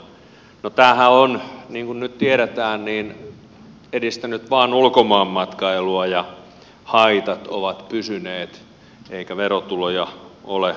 no tämähän on niin kuin nyt tiedetään edistänyt vain ulkomaanmatkailua ja haitat ovat pysyneet eikä verotuloja ole tullut